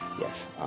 Yes